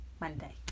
Monday